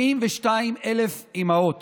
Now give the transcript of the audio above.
72,000 אימהות